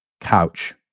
couch